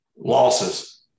losses